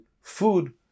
food